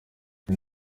iki